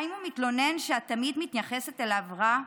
האם הוא מתלונן שאת תמיד מתייחסת אליו רע?